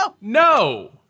No